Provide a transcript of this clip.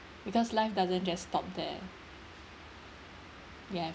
because life doesn't just stop there ya